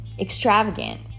extravagant